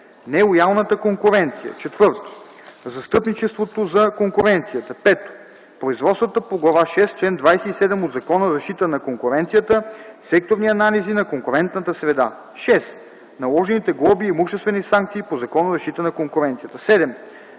Нелоялната конкуренция. 4. Застъпничеството за конкуренцията. 5. Производствата по Глава шеста, чл. 27 от Закона за защита на конкуренцията – секторни анализи на конкурентната среда. 6. Наложените глоби и имуществени санкции по Закона за защита на конкуренцията. 7.